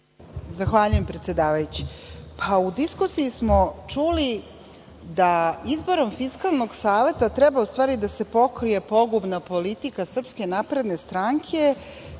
Zahvaljujem, predsedavajući.U diskusiji smo čuli da izborom Fiskalnog saveta treba u stvari da se pokrije pogubna politika SNS, pa onda da